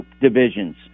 divisions